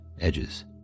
edges